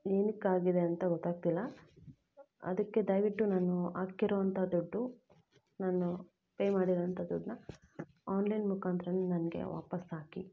ಏನಕ್ಕೆ ಆಗಿದೆ ಅಂತ ಗೊತ್ತಾಗ್ತಿಲ್ಲ ಅದಕ್ಕೆ ದಯವಿಟ್ಟು ನಾನು ಹಾಕಿರುವಂತ ದುಡ್ಡು ನಾನು ಪೇ ಮಾಡಿದಂಥ ದುಡ್ಡನ್ನ ಆನ್ಲೈನ್ ಮುಖಾಂತ್ರನೇ ನನಗೆ ವಾಪಸ್ ಹಾಕಿ